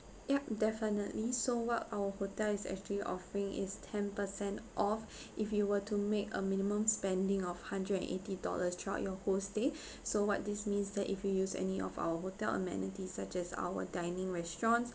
yup definitely so what our hotel is actually offering is ten percent off if you were to make a minimum spending of hundred and eighty dollars throughout your whole stay so what this means that if you use any of our hotel amenities such as our dining restaurants